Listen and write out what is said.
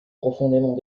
profondément